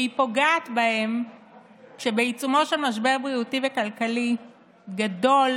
היא פוגעת בהם כשבעיצומו של משבר בריאותי וכלכלי גדול,